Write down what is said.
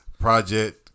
Project